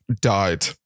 Died